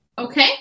Okay